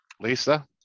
Lisa